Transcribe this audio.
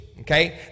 Okay